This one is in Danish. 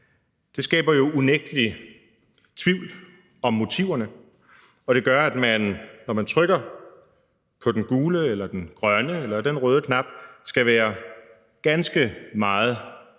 Det skaber jo unægtelig tvivl om motiverne, og det gør, at man, når man trykker på den gule eller den grønne eller den røde knap, skal være ganske meget opmærksom